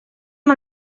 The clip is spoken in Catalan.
amb